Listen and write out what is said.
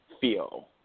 feel